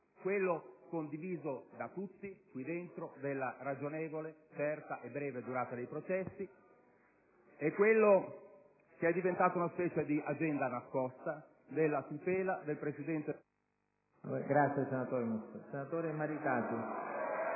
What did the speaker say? quello, condiviso da tutti qui dentro, della ragionevole, certa e breve durata dei processi, e quello, che è diventato una specie di agenda nascosta, della tutela del presidente Berlusconi